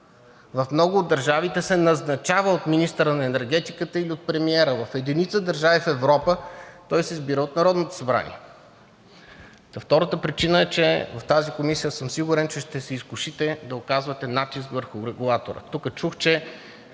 В много от държавите се назначава от министъра на енергетиката или от премиера. В единици държави в Европа той се избира от Народното събрание. Втората причина е, че в тази комисия съм сигурен, че ще се изкушите да оказвате натиск върху регулатора. Тук чух